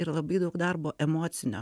ir labai daug darbo emocinio